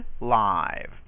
live